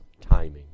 timing